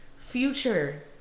Future